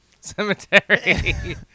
cemetery